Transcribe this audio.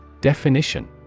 Definition